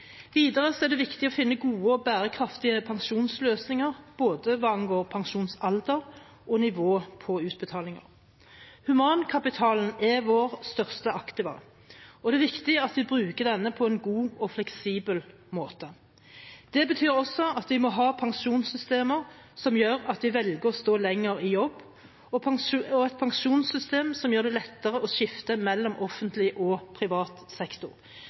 Videre er det viktig å finne gode og bærekraftige pensjonsløsninger, hva angår både pensjonsalder og nivå på utbetalinger. Humankapitalen er vårt største aktivum, og det er viktig at vi bruker denne på en god og fleksibel måte. Det betyr også at vi må ha pensjonssystemer som gjør at vi velger å stå lenger i jobb, og et pensjonssystem som gjør det lettere å skifte mellom offentlig og privat sektor,